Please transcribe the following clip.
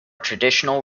traditional